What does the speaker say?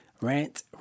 rant